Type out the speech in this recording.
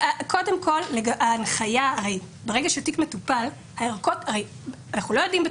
ברגע שתיק מטופל אנחנו לא יודעים,